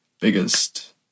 biggest